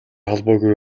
холбоогүй